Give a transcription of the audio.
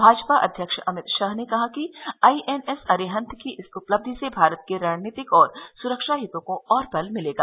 भाजपा अध्यक्ष अमित शाह ने कहा है कि आई एन एस अरिहंत की इस उपलब्धि से भारत के रणनीतिक और सुरक्षा हितों को और बल मिलेगा